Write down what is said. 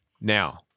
Now